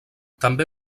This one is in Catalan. també